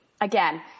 again